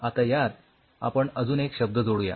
आता यात आपण अजून एक शब्द जोडूया